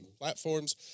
platforms